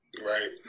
Right